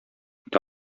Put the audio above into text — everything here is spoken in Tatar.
китә